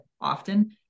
often